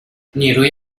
نیروی